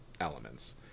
elements